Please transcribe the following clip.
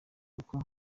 uko